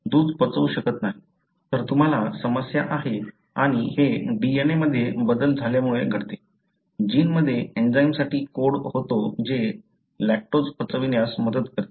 तर तुम्हाला समस्या आहे आणि हे DNA मध्ये बदल झाल्यामुळे घडते जीनमध्ये एंजाइमसाठी कोड होतो जे लॅक्टोज पचवण्यास मदत करते